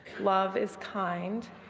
love is kind,